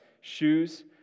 shoes